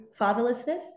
fatherlessness